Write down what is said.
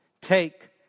take